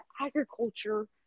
agriculture